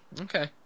Okay